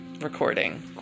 recording